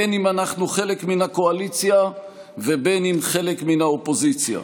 בין שאנחנו חלק מן הקואליציה ובין שחלק מן האופוזיציה.